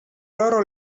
loro